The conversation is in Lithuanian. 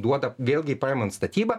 duoda vėlgi paiman statybą